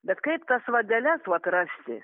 bet kaip tas vadeles vat rasti